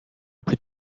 plus